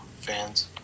fans